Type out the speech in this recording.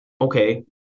Okay